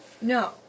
No